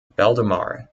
valdemar